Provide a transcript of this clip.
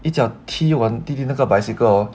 一脚踢我的弟弟那个 bicycle hor